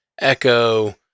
Echo